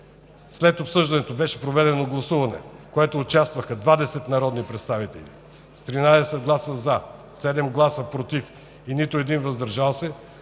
на обсъждането беше проведено гласуване, в което участваха 20 народни представители. С 13 гласа „за“, 7 гласа „против“ и без „въздържал се“